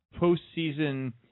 postseason